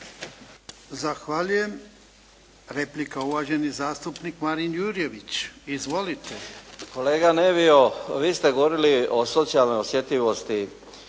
Zahvaljujem. Replika. Uvaženi zastupnik Marin Jurjević. Izvolite. **Jurjević, Marin (SDP)** Kolega Nevio, vi ste govorili o socijalnoj osjetljivosti